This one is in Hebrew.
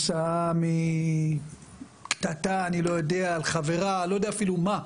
כתוצאה מקטטה על חברה, אני לא יודע אפילו על מה.